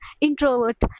introvert